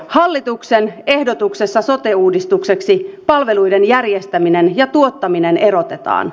hallituksen ehdotuksessa sote uudistukseksi palveluiden järjestäminen ja tuottaminen erotetaan